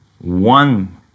one